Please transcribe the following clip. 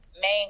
main